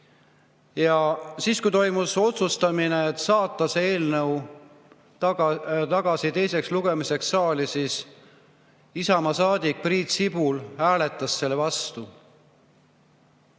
Ja kui toimus otsustamine, kas saata see eelnõu teiseks lugemiseks saali, siis Isamaa saadik Priit Sibul hääletas selle vastu.